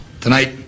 Tonight